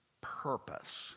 purpose